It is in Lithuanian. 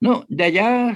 nu deja